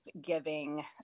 giving